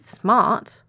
smart